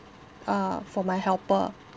ah for my helper